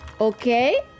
Okay